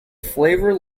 flavor